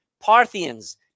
Parthians